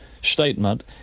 statement